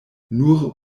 nur